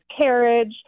carriage